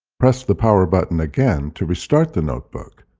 press the power button again to restart the notebook.